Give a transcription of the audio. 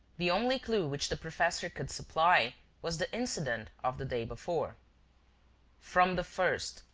the only clue which the professor could supply was the incident of the day before from the first,